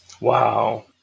Wow